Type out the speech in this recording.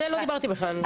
על זה לא דיברתי בכלל.